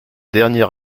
dernier